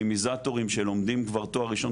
לאקדמיזטורים שלומדים כבר תואר ראשון